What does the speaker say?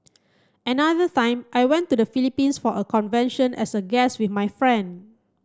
another time I went to the Philippines for a convention as a guest with my friend